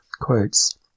Quotes